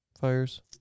fires